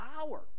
power